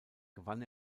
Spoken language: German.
gewann